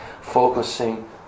focusing